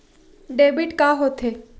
Debit का होथे?